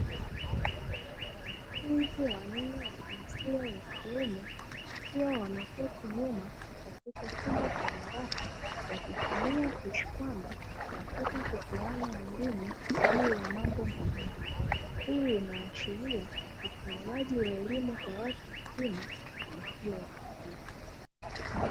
Wanafunzi wanne wa jinsia ya kiume wakiwa wameketi nyuma katika chumba cha darasa wakitumia kishikwambi katika kupeana elimu juu ya mambo mbalimbali. Hii inaashiria utolewaji wa elimu kwa watu wazima na isiyo rasmi.